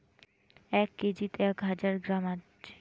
এক কেজিত এক হাজার গ্রাম আছি